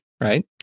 right